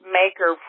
maker